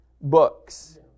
books